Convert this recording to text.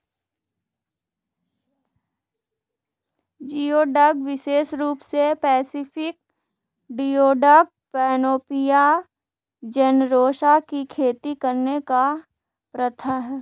geoduck विशेष रूप से पैसिफिक जियोडक, पैनोपिया जेनेरोसा की खेती करने की प्रथा है